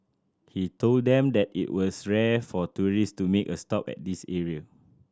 he told them that it was rare for tourist to make a stop at this area